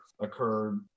occurred